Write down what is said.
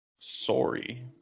Sorry